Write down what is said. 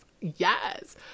yes